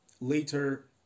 later